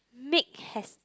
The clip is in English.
make haste